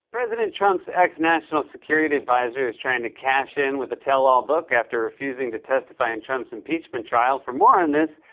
president trump's ex-national security adviser is trying to cash in with a tell-all book after refusing to testify in trump's impeachment trial. for more on this,